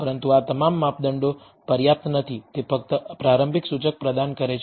પરંતુ આ તમામ માપદંડો પર્યાપ્ત નથી તે ફક્ત પ્રારંભિક સૂચક પ્રદાન કરે છે